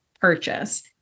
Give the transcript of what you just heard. purchase